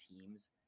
teams